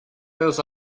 rose